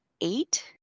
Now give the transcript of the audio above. eight